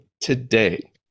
today